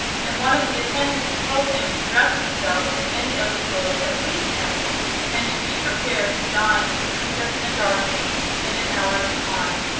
and one of the attendants told him to dress himself in any of the clothes that pleased him and to be prepared to dine with the princess and dorothy in an hour's time.